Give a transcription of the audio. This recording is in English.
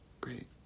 great